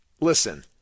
Listen